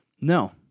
No